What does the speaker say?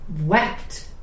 wept